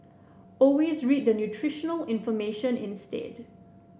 always read the nutritional information instead